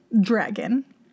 dragon